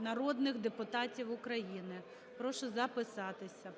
народних депутатів України. Прошу записатися.